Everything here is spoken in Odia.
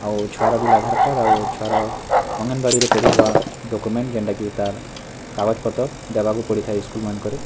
ଆଉ ଛୁଆର ଭିଲ୍ ଆଧାରକାର୍ଡ଼୍ ଆଉ ଛୁଆର ଅଙ୍ଗନବାଡ଼ିରେ ପଢ଼ୁଥିବା ଡ଼କ୍ୟୁମେଣ୍ଟ୍ ଯେନ୍ଟା କି ତା'ର୍ କାଗଜପତର୍ ଦେବାକୁ ପଡ଼ିଥାଏ ଇସ୍କୁଲ୍ମାନ୍କରେ